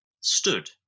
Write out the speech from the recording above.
stood